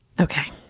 Okay